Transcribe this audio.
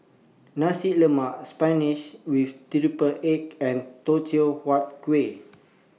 Nasi Lemak Spinach with Triple Egg and Teochew Huat Kuih